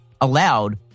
allowed